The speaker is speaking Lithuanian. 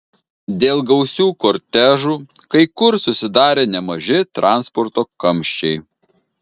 dėl gausių kortežų kai kur susidarė nemaži transporto kamščiai